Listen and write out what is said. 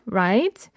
right